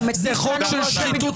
זה חוק של שחיתות